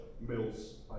Mills